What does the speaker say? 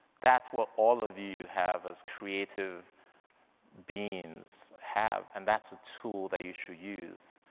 that's what all of you have as creative beings have, and that's a tool that you should use.